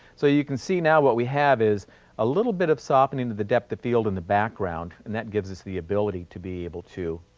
so, you can see now, what we have is a little bit of softening in the depth of field in the background and that gives us the ability to be able to